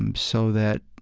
um so that